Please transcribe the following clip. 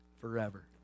forever